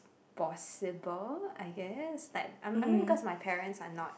possible I guess like I mean I mean because my parents are not